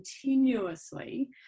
continuously